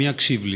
מי יקשיב לי